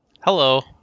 Hello